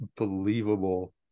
unbelievable